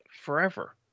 forever